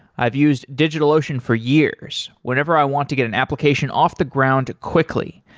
i've used digitalocean for years, whenever i want to get an application off the ground quickly.